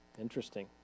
Interesting